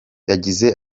yagize